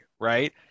right